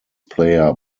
player